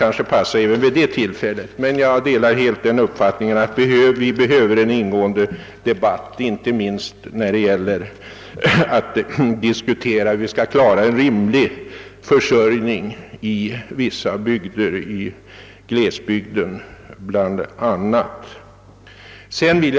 Jag delar dock helt uppfattningen, att vi behöver en ingående debatt inte minst för att diskutera hur vi skall klara en rimlig försörjning i vissa bygder, bl.a. i glesbygderna.